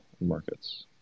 markets